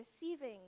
receiving